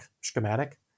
schematic